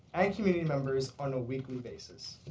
and community members on a weekly basis.